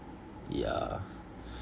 yeah